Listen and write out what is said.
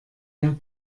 der